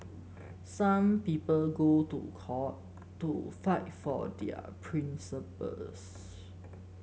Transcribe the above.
some people go to court to fight for their principles